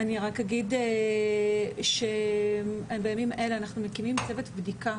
אני רק אגיד שבימים אלה אנחנו מקימים צוות בדיקה